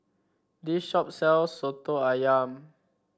this shop sells soto ayam